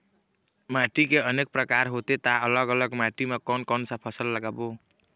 माटी के अनेक प्रकार होथे ता अलग अलग माटी मा कोन कौन सा फसल लगाबो?